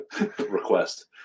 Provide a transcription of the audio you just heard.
request